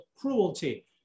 cruelty